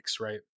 right